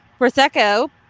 Prosecco